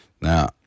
Now